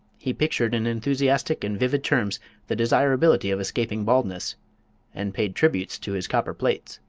he pictured in enthusiastic and vivid terms the desirability of escaping baldness and paid tributes to his copper plates.